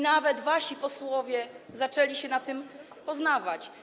Nawet wasi posłowie zaczęli się na tym poznawać.